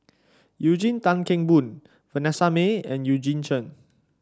Eugene Tan Kheng Boon Vanessa Mae and Eugene Chen